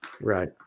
right